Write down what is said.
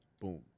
Boom